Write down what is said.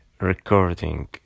recording